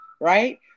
right